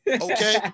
Okay